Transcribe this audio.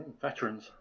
Veterans